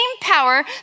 power